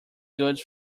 goods